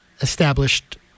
established